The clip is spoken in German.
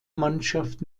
mannschaft